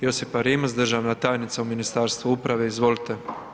Josipa Rimac, državna tajnica u Ministarstvu uprave, izvolite.